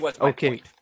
Okay